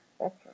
okay